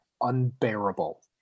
unbearable